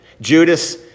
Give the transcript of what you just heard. Judas